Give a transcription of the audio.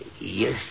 Yes